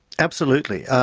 absolutely.